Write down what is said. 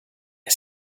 are